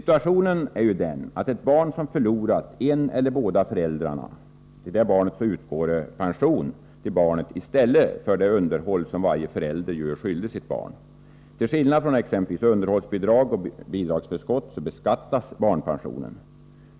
Till ett barn som förlorat den ena eller båda föräldrarna utgår pension, i stället för det underhåll som varje förälder är skyldig att ge sitt barn. Till skillnad från exempelvis underhållsbidrag och bidragsförskott beskattas barnpensionen.